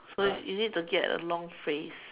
so you need to get a long phrase